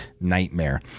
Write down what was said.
nightmare